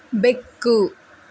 ಬೆಕ್ಕು